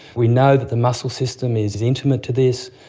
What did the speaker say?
we know that the muscle system is is intimate to this.